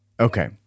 Okay